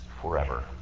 forever